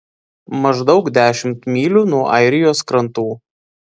maždaug dešimt mylių nuo airijos krantų